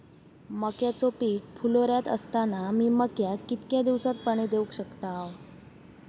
मक्याचो पीक फुलोऱ्यात असताना मी मक्याक कितक्या दिवसात पाणी देऊक शकताव?